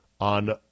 on